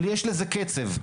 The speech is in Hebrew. אבל יש לזה קצב.